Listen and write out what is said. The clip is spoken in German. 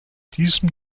diesem